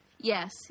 yes